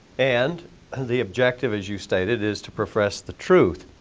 and the objective as you stated is to profess the truth.